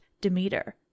Demeter